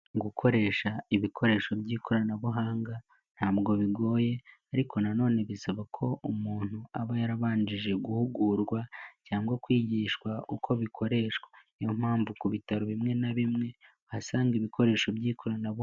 Gukoresha ibikoresho by'ikoranabuhanga ntabwo bigoye ariko na none bisaba ko umuntu aba yarabanshije guhugurwa cyangwa kwigishwa uko bikoreshwa niyo mpamvu ku bitaro bimwe na bimwe uhasanga ibikoresho by'ikoranabuhanga.